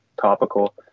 topical